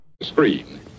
screen